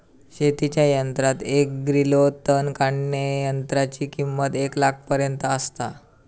शेतीच्या यंत्रात एक ग्रिलो तण काढणीयंत्राची किंमत एक लाखापर्यंत आसता